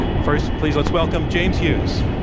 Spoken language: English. first, please let's welcome james hughes.